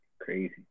crazy